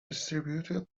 distributed